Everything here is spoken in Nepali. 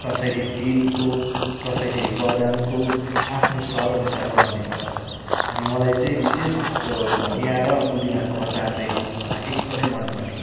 कसैले तिलको कसैले बदामको आफ्नो स्वाद अनुसार बनाउने गर्दछन् अनि मलाई चाहिँ विशेष यो धनिया र पुदिनाको अचार चाहिँ मोमोसँग एक्दमै मनपर्ने